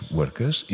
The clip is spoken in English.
workers